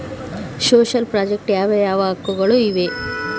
Social project ಯಾವ ಯಾವ ಹಕ್ಕುಗಳು ಇವೆ?